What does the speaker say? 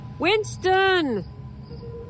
Winston